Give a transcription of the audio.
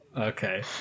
okay